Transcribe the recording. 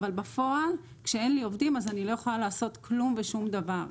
אבל בפועל כשאין לי עובדים אז אני לא יכולה לעשות כלום ושום דבר.